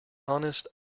honest